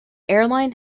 airline